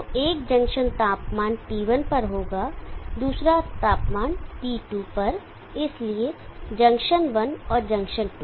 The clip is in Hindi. तो एक जंक्शन तापमान T1 पर होगा दूसरा तापमान T2 पर इसलिए जंक्शन 1 और जंक्शन 2